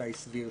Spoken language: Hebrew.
איתי סבירסקי.